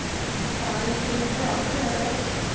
what a fine thing for our girls!